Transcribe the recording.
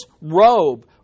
robe